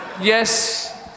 yes